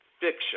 fiction